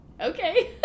Okay